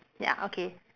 ya okay